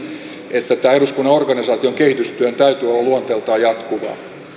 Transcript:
että eduskunnan organisaation kehitystyön täytyy olla luonteeltaan jatkuvaa